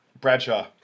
Bradshaw